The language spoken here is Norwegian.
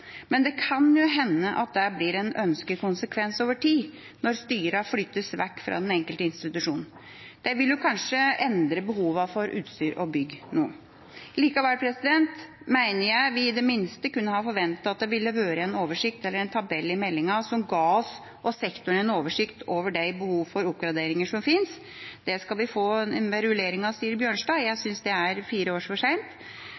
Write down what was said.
men det kan jo hende at det blir en ønsket konsekvens over tid, når styrene flyttes vekk fra den enkelte institusjon. Det vil kanskje endre behovene for utstyr og bygg noe. Likevel mener jeg vi i det minste kunne ha forventet at det ville vært en oversikt eller en tabell i meldinga som ga oss og sektoren en oversikt over de behovene for oppgradering som fins. Det skal vi få ved rulleringa, sier representanten Bjørnstad. Jeg synes det er fire år for seint.